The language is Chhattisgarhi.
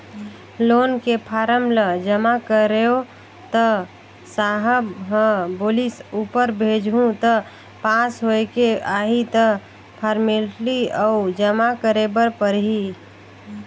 लोन के फारम ल जमा करेंव त साहब ह बोलिस ऊपर भेजहूँ त पास होयके आही त फारमेलटी अउ जमा करे बर परही